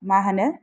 मा होनो